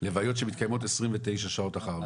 לוויות שמתקיימות עשרים ותשע שעות אחר כך,